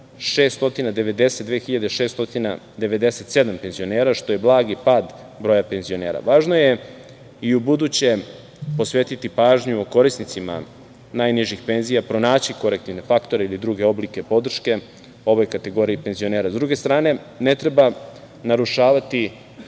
1.692.697 penzionera, što je blagi pad broja penzionera. Važno je i ubuduće posvetiti pažnju korisnicima najnižih penzija, pronaći korektivne faktore ili druge oblike podrške ovoj kategoriji penzionera. S druge strane, ne treba narušavati